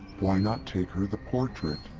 why not take her the portrait?